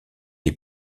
est